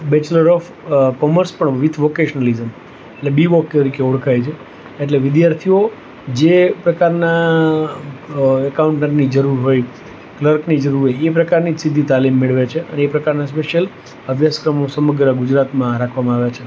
bachelors of commerce પણ with vocationally છે એટલે બી વોક તરીકે ઓળખાય છે એટલે વિદ્યાર્થીઓ જે પ્રકારના એકાઉન્ટની જરૂર હોય ક્લર્કની જરૂર હોય એ પ્રકારની જ સીધી તાલીમ મેળવે છે એ પ્રકારના સ્પેશ્યલ અભ્યાસક્રમો સમગ્ર ગુજરાતમાં રાખવામાં આવ્યા છે